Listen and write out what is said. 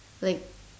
like